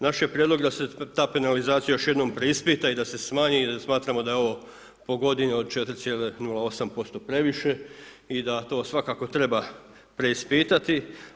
Naš je prijedlog da se ta penalizacija još jednom preispita i da se smanji jer smatramo da je ovo po godini od 4,08% previše i da to svakako treba preispitati.